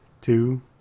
two